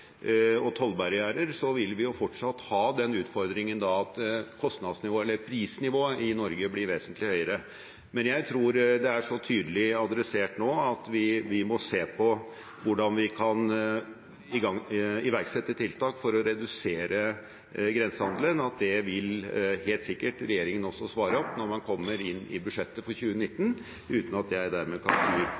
og tollbarrierer, vil vi fortsatt ha den utfordringen at prisnivået i Norge er vesentlig høyere. Jeg tror det er så tydelig adressert nå at vi må se på hvordan vi kan iverksette tiltak for å redusere grensehandelen. Det vil helt sikkert regjeringen også svare på når man kommer til budsjettet for 2019 – uten at jeg dermed kan si